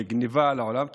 לגנבה ולעולם תחתון.